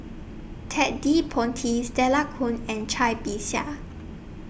Ted De Ponti Stella Kon and Cai Bixia